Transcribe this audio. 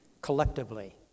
collectively